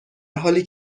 حالی